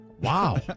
Wow